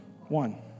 One